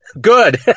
good